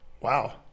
Wow